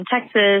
Texas